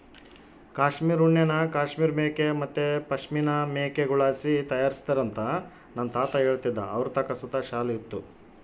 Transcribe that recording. ಕಾಶ್ಮೀರ್ ಉಣ್ಣೆನ ಕಾಶ್ಮೀರ್ ಮೇಕೆ ಮತ್ತೆ ಪಶ್ಮಿನಾ ಮೇಕೆಗುಳ್ಳಾಸಿ ತಯಾರಿಸ್ತಾರಂತ ನನ್ನ ತಾತ ಹೇಳ್ತಿದ್ದ ಅವರತಾಕ ಸುತ ಶಾಲು ಇತ್ತು